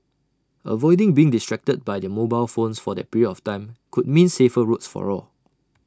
avoiding being distracted by their mobile phones for that period of time could mean safer roads for all